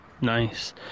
nice